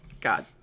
God